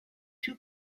two